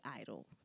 idol